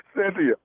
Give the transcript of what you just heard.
Cynthia